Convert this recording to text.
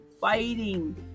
fighting